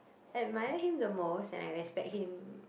I admire him the most and I respect him